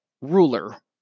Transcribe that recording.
ruler